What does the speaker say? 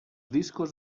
discos